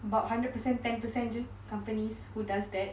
about hundred percent ten per cent jer companies who does that